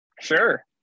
Sure